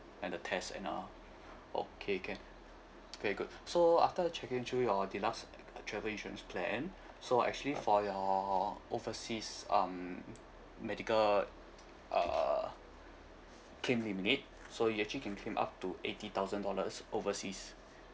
and the test and uh okay can okay good so after checking through your deluxe travel insurance plan so actually for your overseas um medical uh claimed you made so you actually can claim up to eighty thousand dollars overseas